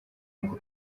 ako